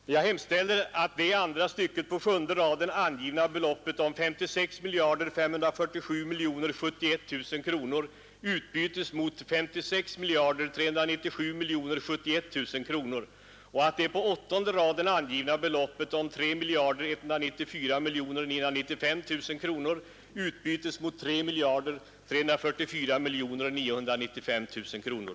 Herr talman! Jag hemställer att det i andra stycket på sjunde raden angivna beloppet om 56 547 071 000 kronor utbytes mot 56 397 071 000 och att det på åttonde raden angivna beloppet om 3 194 995 000 kronor utbytes mot 3 344 995 000 kronor.